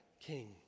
king